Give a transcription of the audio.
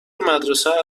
مدرسه